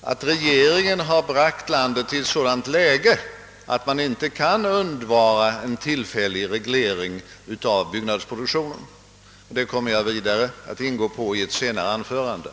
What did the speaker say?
att regeringen har bragt landet i ett sådant läge, att man inte kan undvara en tillfällig reglering av byggnadsproduktionen — det kommer jag vidare att ingå på i ett senare anförande.